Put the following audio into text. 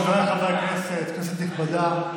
חבריי חברי הכנסת, כנסת נכבדה,